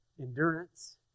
endurance